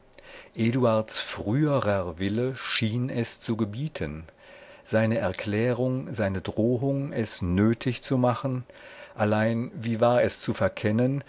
eduards früherer wille schien es zu gebieten seine erklärung seine drohung es nötig zu machen allein wie war es zu verkennen